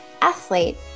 athlete